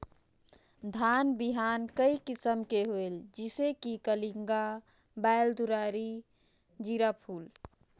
धान बिहान कई किसम के होयल जिसे कि कलिंगा, बाएल दुलारी, जीराफुल?